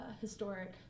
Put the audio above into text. historic